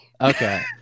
Okay